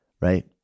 right